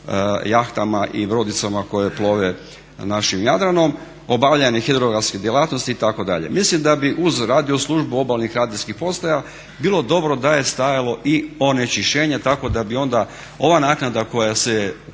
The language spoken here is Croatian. jahtama i brodicama koje plove našim Jadranom. Obavljanje hidrografske djelatnosti itd. Mislim da bi uz radio službu obalnih radijskih postaja bilo dobro da je stajalo i onečišćenje tako da bi onda ova naknada koja je